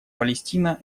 палестина